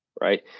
Right